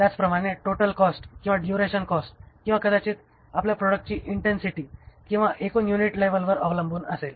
त्याचप्रमाणे total cost किंवा duration cost किंवा कदाचित आपल्या प्रॉडक्टची इंटेन्सिटी किंवा एकूण युनिट लेव्हलवर अवलंबून असेल